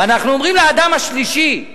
ואנחנו אומרים לאדם השלישי: